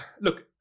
Look